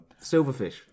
Silverfish